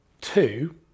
Two